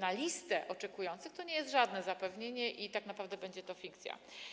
na listę oczekujących, to nie jest żadne zapewnienie i tak naprawdę będzie to fikcja.